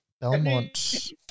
Belmont